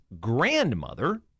grandmother